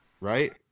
right